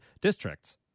districts